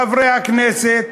חברי הכנסת,